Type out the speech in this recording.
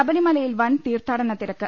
ശബരിമലയിൽ വൻ തീർത്ഥാടനത്തിരക്ക്